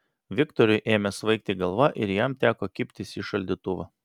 viktorui ėmė svaigti galva ir jam teko kibtis į šaldytuvą